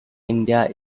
india